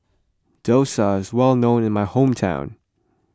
Dosa is well known in my hometown